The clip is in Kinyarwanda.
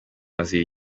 bazira